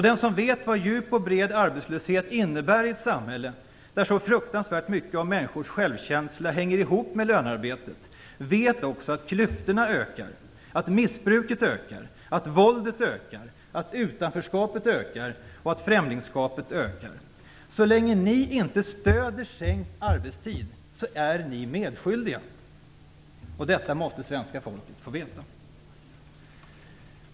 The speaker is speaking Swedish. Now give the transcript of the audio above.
Den som vet vad djup och bred arbetslöshet innebär i ett samhälle där så fruktansvärt mycket av människors självkänsla hänger ihop med lönearbetet vet också att klyftorna ökar, att missbruket ökar, att våldet ökar, att utanförskapet ökar och att främlingsskapet ökar. Så länge ni inte stöder sänkt arbetstid är ni medskyldiga, och detta måste svenska folket få veta.